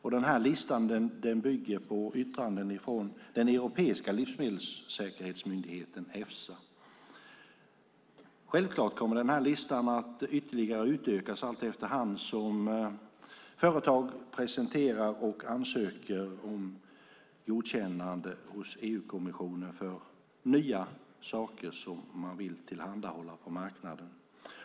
Den här listan bygger på yttranden från den europeiska livsmedelssäkerhetsmyndigheten Efsa. Självklart kommer den här listan att ytterligare utökas efter hand som företag presenterar och ansöker om godkännande hos EU-kommissionen för nya saker som de vill tillhandahålla på marknaden.